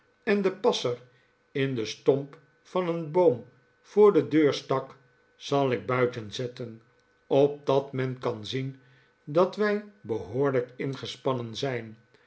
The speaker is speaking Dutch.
en den passer in den stomp van een boom voor de deur stak f zal ik buiten zetten opdat men kan zien dat wij behoorlijk ingespannen zijn